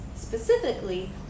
Specifically